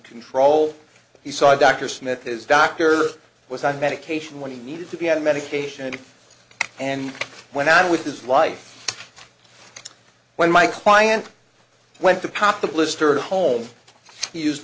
control he saw dr smith his doctor was on medication when he needed to be on medication and went on with his life when my client went to pop the blister home